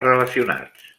relacionats